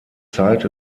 zeit